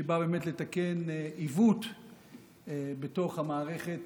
שבא באמת לתקן עיוות בתוך המערכת